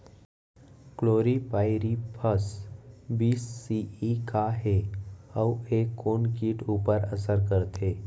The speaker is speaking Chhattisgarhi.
क्लोरीपाइरीफॉस बीस सी.ई का हे अऊ ए कोन किट ऊपर असर करथे?